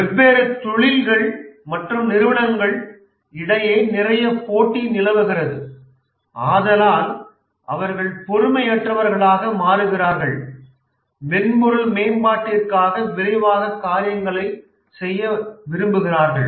வெவ்வேறு தொழில்கள் மற்றும் நிறுவனங்கள் இடையே நிறைய போட்டி நிலவுகிறது ஆதலால் அவர்கள் பொறுமையற்றவர்களாக மாறுகிறார்கள் மென்பொருள் மேம்பாட்டிற்காக விரைவாக காரியங்களைச் செய்ய விரும்புகிறார்கள்